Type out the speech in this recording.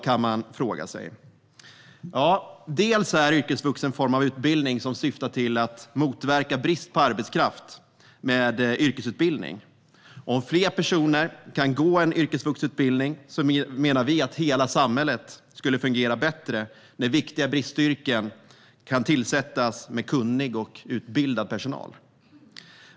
kan man fråga sig. Yrkesvux är en form av utbildning som syftar till att motverka brist på arbetskraft med yrkesutbildning. Om fler personer kan gå en yrkesvuxutbildning menar vi att hela samhället skulle fungera bättre, då viktiga bristyrken kan tillsättas med kunnig och utbildad personal.